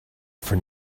for